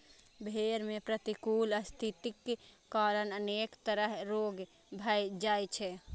भेड़ मे प्रतिकूल स्थितिक कारण अनेक तरह रोग भए जाइ छै